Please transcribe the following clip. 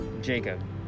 Jacob